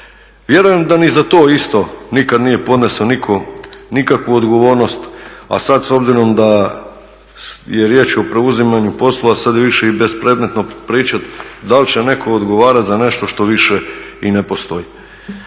Vjerujem da ni za to isto nikad nije podnio nitko nikakvu odgovornost, a sada s obzirom da je riječ o preuzimanju poslova sada je više i bespredmetno pričati da li će netko odgovarati za nešto što više i ne postoji.